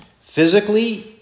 physically